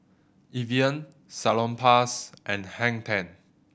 Evian Salonpas and Hang Ten